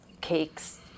cakes